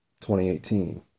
2018